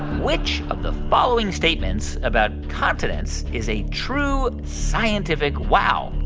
which of the following statements about continents is a true scientific wow?